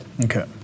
Okay